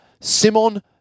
simon